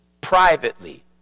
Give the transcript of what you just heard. privately